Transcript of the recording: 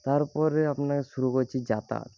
তারপরে আপনার শুরু করছি যাতায়াত